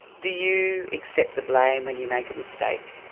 do you accept the blame when you make a mistake?